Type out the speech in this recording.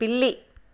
పిల్లి